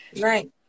right